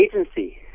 agency